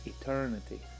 Eternity